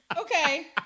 Okay